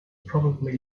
probably